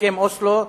הוא רוצה,